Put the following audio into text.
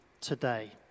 today